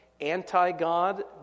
anti-God